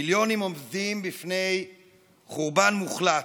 מיליונים עומדים בפני חורבן מוחלט: